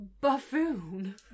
buffoon